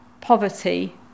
poverty